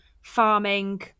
farming